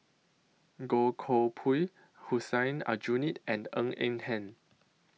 Goh Koh Pui Hussein Aljunied and Ng Eng Hen